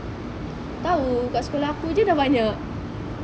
tahu kat sekolah aku jer dah banyak